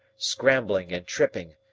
scrambling and tripping,